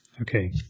Okay